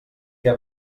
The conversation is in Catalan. què